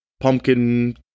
pumpkin